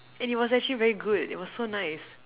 and it was actually very good it was so nice